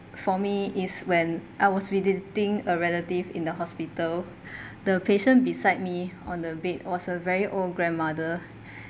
for me is when I was visiting a relative in the hospital the patient beside me on the bed was a very old grandmother